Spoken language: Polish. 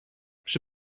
przy